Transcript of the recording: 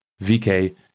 VK